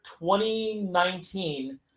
2019